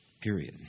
period